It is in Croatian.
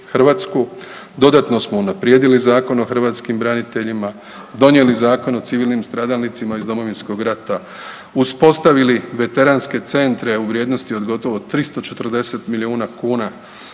dodatno smo unaprijedili Zakon o hrvatskim braniteljima, donijeli Zakon o civilnim stradalnicima iz Domovinskog rata, uspostavili veteranske centre u vrijednosti od gotovo 340 milijuna kuna,